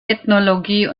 ethnologie